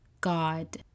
God